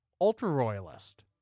ultra-royalist